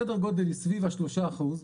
סדר גודל סביב השלושה אחוז,